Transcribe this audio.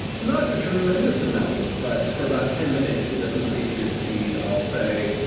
not a tremendous amount, but for about ten minutes, it does increase your speed, i'll say,